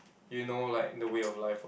you know like the way of life [what]